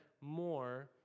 more